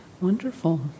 Wonderful